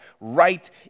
right